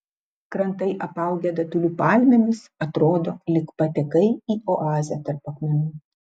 krantai apaugę datulių palmėmis atrodo lyg patekai į oazę tarp akmenų